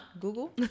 Google